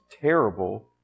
terrible